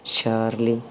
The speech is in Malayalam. ഷേർളി